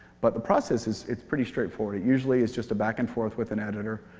but the process is it's pretty straightforward. usually it's just a back and forth with an editor.